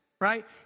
right